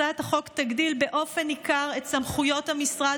הצעת החוק תגדיל באופן ניכר את סמכויות המשרד